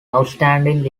outstanding